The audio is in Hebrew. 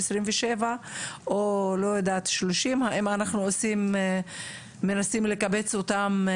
27 או 30, האם אנחנו מנסים לקבץ אותם?